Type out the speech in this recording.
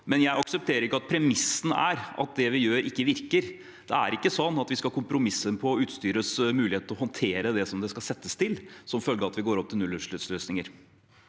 noe. Jeg aksepterer ikke at premisset er at det vi gjør, ikke virker. Det er ikke sånn at vi skal kompromisse på utstyrets mulighet til å håndtere det det skal settes til, som følge av at vi går over til nullutslippsløsninger.